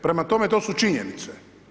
Prema tome, to su činjenice.